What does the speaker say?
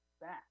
back